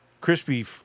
Crispy